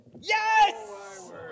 Yes